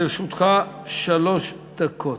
לרשותך שלוש דקות.